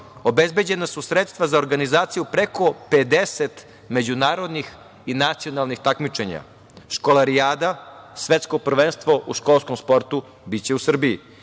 obezbeđena su sredstva za organizaciju preko 50 međunarodnih i nacionalnih takmičenja, „Školarijada“ – svetsko prvenstvo u školskom sportu biće u Srbiji.